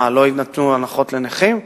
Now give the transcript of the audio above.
מה, לא יינתנו הנחות לנכים?